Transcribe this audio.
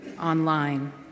online